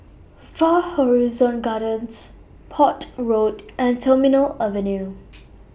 Far Horizon Gardens Port Road and Terminal Avenue